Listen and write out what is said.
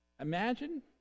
imagine